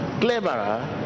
cleverer